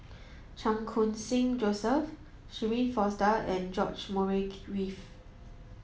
Chan Khun Sing Joseph Shirin Fozdar and George Murray Reith